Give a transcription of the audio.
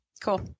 Cool